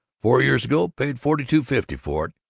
four years ago i paid forty-two fifty for it,